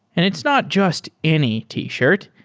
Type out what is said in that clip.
and it's not just any t-shirt.